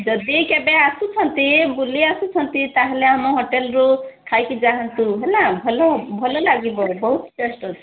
ଯଦି କେବେ ଆସୁଛନ୍ତି ବୁଲି ଆସୁଛନ୍ତି ତା'ହେଲେ ଆମ ହୋଟେଲରୁ ଖାଇକି ଯାଆନ୍ତୁ ହେଲା ଭଲ ହ ଭଲ ଲାଗିବ ବହୁତ ଟେଷ୍ଟ ଅଛି